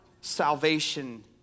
salvation